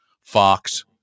Fox